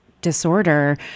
disorder